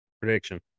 Prediction